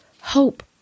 hope